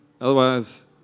Otherwise